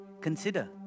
consider